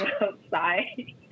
outside